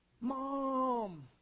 Mom